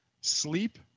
Sleep